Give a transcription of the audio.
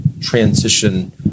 transition